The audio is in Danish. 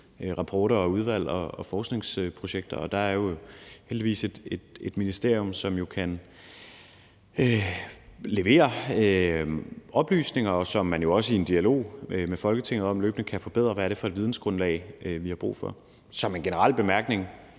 rapporter, udvalg og forskningsprojekter. Og der er jo heldigvis et ministerium, som kan levere oplysninger, og som jo også i en løbende dialog med Folketinget kan forbedre, hvad det er for et vidensgrundlag, vi har brug for. Som et generelt spørgsmål: